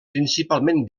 principalment